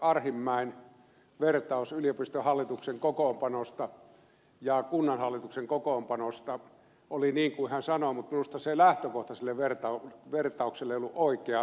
arhinmäen vertaus yliopistohallituksen kokoonpanosta ja kunnanhallituksen kokoonpanosta oli niin kuin hän sanoi mutta minusta se lähtökohta sille vertaukselle ei ollut oikea